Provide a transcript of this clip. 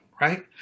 Right